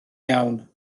iawn